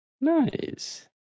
Nice